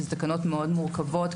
שאלה תקנות מאוד מורכבות,